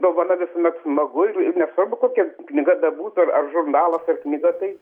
dovana visuomet smagu ir ir nesvarbu kokia knyga bebūtų ar ar žurnalas ar knyga tai